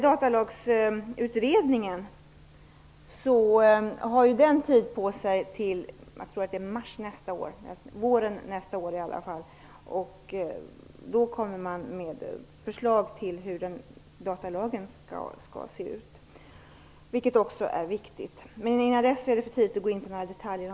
Datalagsutredningen har tid på sig till våren nästa år att lägga fram ett förslag till datalag, vilket också är viktigt. Innan dess är det för tidigt att gå in på några detaljer.